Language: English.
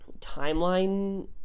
timeline